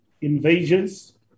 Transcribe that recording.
invasions